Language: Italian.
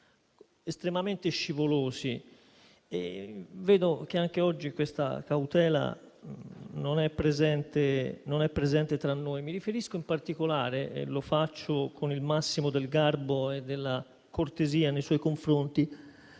estremamente scivolosi. Vedo che anche oggi questa cautela non è presente tra noi. Mi riferisco in particolare - lo faccio con il massimo del garbo e della cortesia nei suoi confronti